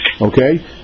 Okay